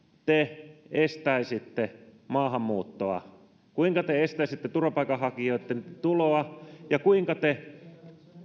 te estäisitte maahanmuuttoa kuinka te estäisitte turvapaikanhakijoitten tuloa ja kuinka te